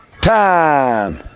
time